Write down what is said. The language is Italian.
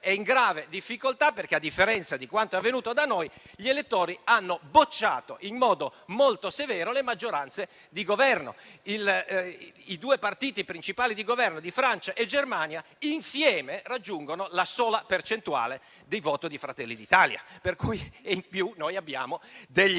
è in grave difficoltà perché, a differenza di quanto è avvenuto da noi, gli elettori hanno bocciato in modo molto severo le maggioranze di governo. I due partiti principali di governo di Francia e Germania insieme raggiungono la sola percentuale di voto di Fratelli d'Italia, e in più noi abbiamo degli